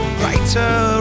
brighter